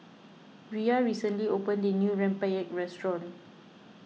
Rhea recently opened a new Rempeyek restaurant